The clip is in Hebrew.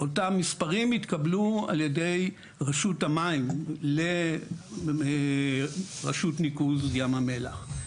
אותם מספר התקבלו על ידי רשות המים לרשות ניקוז ים המלח.